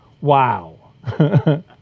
wow